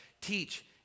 teach